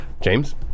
James